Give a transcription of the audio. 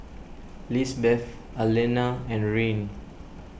Lisbeth Allena and Ryne